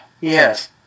Yes